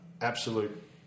absolute